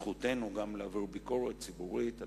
זכותנו להעביר ביקורת ציבורית על